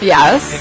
Yes